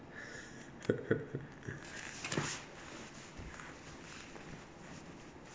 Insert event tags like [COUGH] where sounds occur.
[LAUGHS]